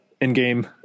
in-game